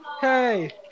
hey